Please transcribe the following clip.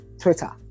Twitter